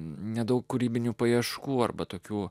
nedaug kūrybinių paieškų arba tokių